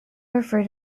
refer